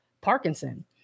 Parkinson